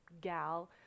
gal